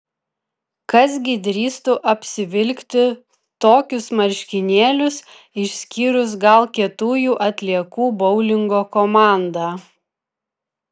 kas gi drįstų apsivilkti tokius marškinėlius išskyrus gal kietųjų atliekų boulingo komandą